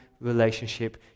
relationship